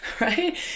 right